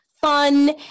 fun